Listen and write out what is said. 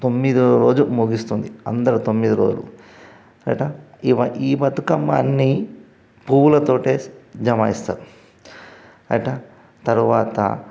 తొమ్మిదవ రోజు ముగుస్తుంది అందరూ తొమ్మిది రోజులు ఏటా ఈ వ ఈ బతుకమ్మ అన్నీ పూవులతోటే జమాయిస్తారు ఏటా తరువాత